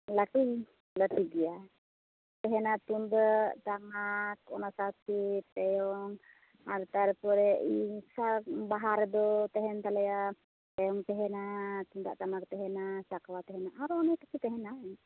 ᱞᱟᱹᱴᱩ ᱞᱟᱹᱴᱩ ᱜᱮᱭᱟ ᱛᱮᱦᱮᱸᱱᱟ ᱛᱩᱢᱫᱟᱹᱜ ᱴᱟᱢᱟᱠ ᱚᱱᱟ ᱥᱟᱶᱛᱮ ᱴᱷᱮᱭᱚᱝ ᱟᱨ ᱛᱟᱨᱯᱚᱨᱮ ᱤᱧ ᱥᱟᱵ ᱵᱟᱦᱟ ᱨᱮᱫᱚ ᱛᱟᱦᱮᱱ ᱛᱟᱞᱮᱭᱟ ᱴᱷᱮᱭᱚᱝ ᱛᱟᱦᱮᱸᱱᱟ ᱛᱩᱢᱫᱟᱜ ᱴᱟᱢᱟᱠ ᱛᱟᱦᱮᱸᱱᱟ ᱥᱟᱠᱣᱟ ᱛᱟᱦᱮᱸᱱᱟ ᱟᱨᱚ ᱚᱱᱮᱠ ᱠᱤᱪᱷᱩ ᱛᱟᱦᱮᱸᱱᱟ